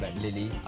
lily